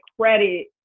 credit